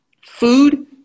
food